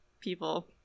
people